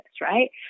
right